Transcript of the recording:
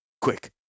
Quick